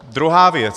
Druhá věc.